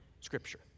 Scripture